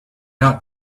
out